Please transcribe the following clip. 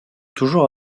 toujours